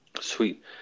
Sweet